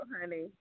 honey